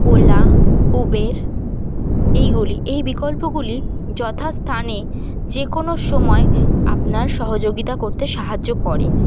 OLA Uber এইগুলি এই বিকল্পগুলি যথাস্থানে যে কোনো সময় আপনার সহযোগিতা করতে সাহায্য করে